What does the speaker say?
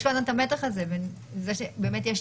יש כל הזמן את המתח הזה בין זה שבאמת יש